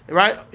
right